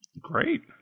Great